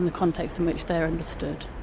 the context in which they're understood.